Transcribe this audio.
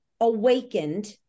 awakened